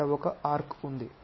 అక్కడ ఒక ఆర్క్ ఉంది